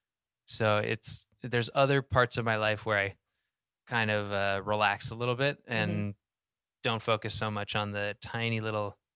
so, there's other parts of my life where i kind of ah relax a little bit and don't focus so much on the tiny little